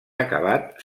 acabat